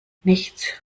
nichts